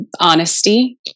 honesty